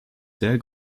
sehr